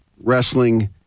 wrestling